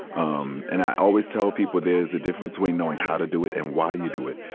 um and i always tell people there's a difference between knowing how to do it and why you do it.